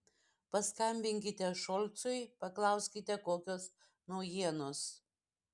paskambinkite šolcui paklauskite kokios naujienos